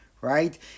right